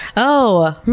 oh.